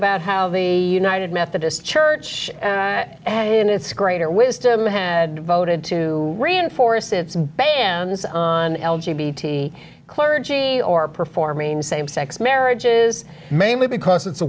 about how the united methodist church and its greater wisdom had voted to reinforce its bans on l g b t clergy or performing same sex marriages mainly because it's a